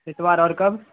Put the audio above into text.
اتوار اور کب